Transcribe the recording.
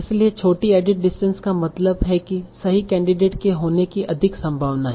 इसलिए छोटी edit distance का मतलब है कि सही कैंडिडेट के होने की अधिक संभावना है